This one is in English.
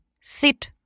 Sit